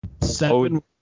Seven